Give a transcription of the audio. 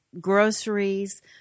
groceries